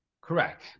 correct